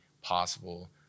possible